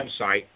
website